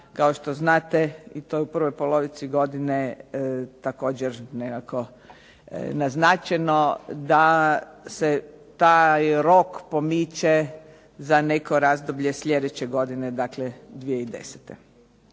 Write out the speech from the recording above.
kao što znate i to je u prvoj polovici godine također nekako naznačeno da se taj rok pomiče za neko razdoblje slijedeće godine 2010.